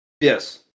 Yes